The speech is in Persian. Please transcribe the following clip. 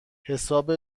حساب